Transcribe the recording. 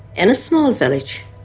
in a small village.